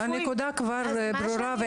הנקודה כבר ברורה.